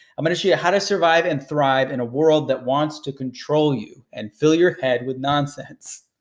i'm gonna show you how to survive and thrive in a world that wants to control you and fill your head with nonsense.